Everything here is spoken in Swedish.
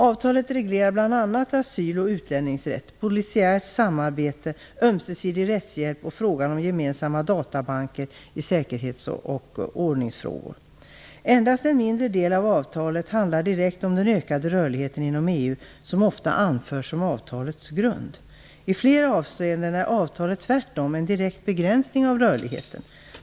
Avtalet reglerar bl.a. asyl och utlänningsrätt, polisiärt samarbete, ömsesidig rättshjälp och frågan om gemensamma databanker i säkerhetsoch ordningsfrågor. Endast en mindre del av avtalet handlar direkt om den ökade rörligheten inom EU, som ofta anförs som avtalets grund. I flera avseenden innebär avtalet tvärtom en direkt begränsning av rörligheten.